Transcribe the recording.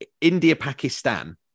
India-Pakistan